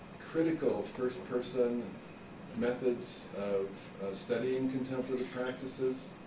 critical first-person methods of studying contemplative practices,